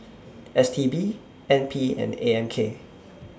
S T B N P and A M K